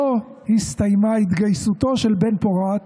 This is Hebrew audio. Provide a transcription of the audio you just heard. לא הסתיימה התגייסותו של בן-פורת,